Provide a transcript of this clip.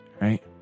right